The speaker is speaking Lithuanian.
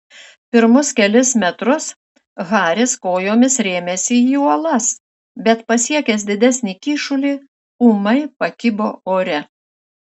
pirmus kelis metrus haris kojomis rėmėsi į uolas bet pasiekęs didesnį kyšulį ūmai pakibo ore